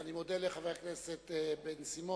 אני מודה לחבר הכנסת בן-סימון,